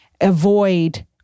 avoid